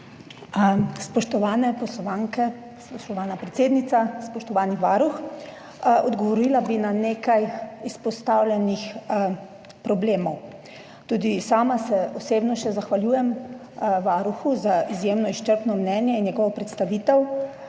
Spoštovane poslanke, spoštovana predsednica, spoštovani varuh! Odgovorila bi na nekaj izpostavljenih problemov. Tudi sama se še osebno zahvaljujem varuhu za izjemno izčrpno mnenje in njegovo predstavitev,